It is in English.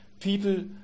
people